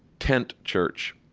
tent church.